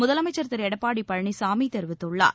முதலமைச்சர் திரு எடப்பாடி பழனிசாமி தெரிவித்துள்ளார்